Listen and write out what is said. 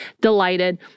delighted